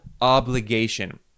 obligation